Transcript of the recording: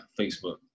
Facebook